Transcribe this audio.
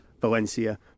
Valencia